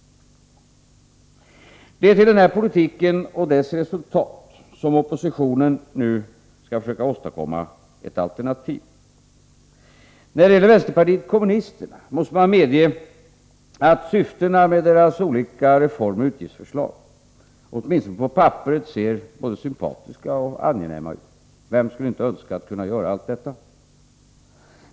Det är till den här politiken och dess resultat som oppositionen nu skall försöka åstadkomma ett alternativ. När det gäller vänsterpartiet kommunisterna måste man medge att syftena med deras olika reformoch utgiftsförslag — åtminstone på pappret — ser både sympatiska och angenäma ut. Vem skulle inte ha önskat att kunna göra allt detta?